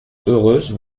heureuse